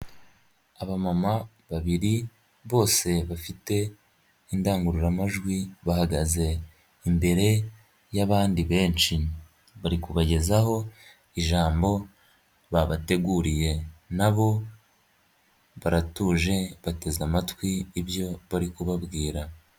Aba mama babiri bose bafite indangururamajwi, bahagaze imbere y'abandi benshi, bari kubagezaho ijambo babateguriye, nabo baratuje bateze amatwi ibyo bari kubabwira.